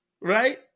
Right